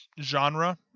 genre